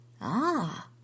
Ah